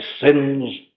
sins